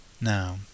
Now